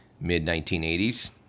mid-1980s